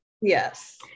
Yes